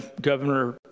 Governor